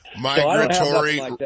Migratory